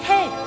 Hey